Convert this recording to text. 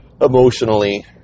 Emotionally